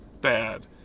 bad